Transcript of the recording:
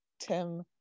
tim